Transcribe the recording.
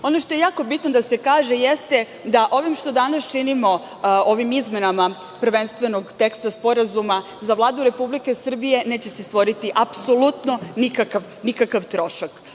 što je jako bitno da se kaže, jeste da ovim što danas činimo ovim izmenama prvenstvenog teksta sporazuma za Vladu Republike Srbije neće se stvoriti apsolutno nikakv trošak.